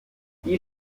die